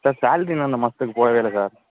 sir salary இன்னும் இந்த மாதத்துக்கு போடவே இல்லை சார்